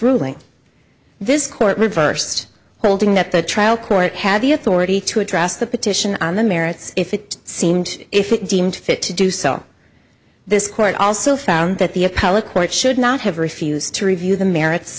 ruling this court reversed holding that the trial court had the authority to address the petition on the merits if it seemed if it deemed fit to do so this court also found that the appellate court should not have refused to review the merits